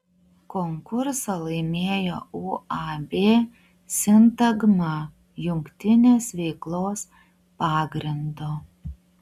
konkursą laimėjo uab sintagma jungtinės veiklos pagrindu